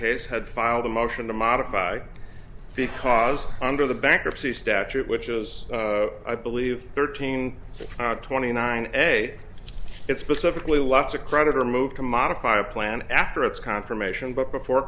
case had filed a motion to modify because under the bankruptcy statute which has i believe thirteen twenty nine eg it's pacifically lots of credit or move to modify a plan after it's confirmation but before